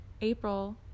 April